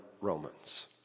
Romans